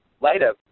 Later